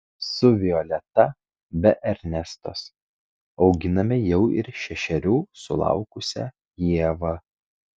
su violeta be ernestos auginame jau ir šešerių sulaukusią ievą